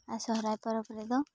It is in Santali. ᱟᱨ ᱥᱚᱦᱨᱟᱭ ᱯᱚᱨᱚᱵᱽ ᱨᱮᱫᱚ